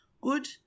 good